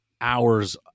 hours